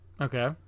okay